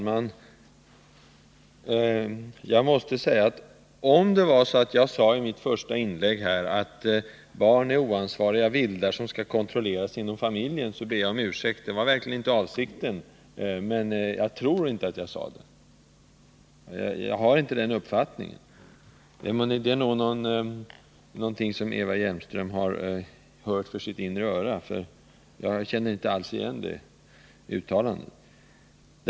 Herr talman! Om jag i mitt första inlägg sade att barn är oansvariga vildar som skall kontrolleras inom familjen, så ber jag om ursäkt. Det var verkligen inte min avsikt. Men jag tror inte att jag sade så, för jag har inte den uppfattningen. Detta är nog någonting som Eva Hjelmström har hört för sitt inre öra. Jag känner inte alls igen uttalandet.